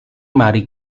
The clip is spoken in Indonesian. mari